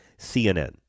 CNN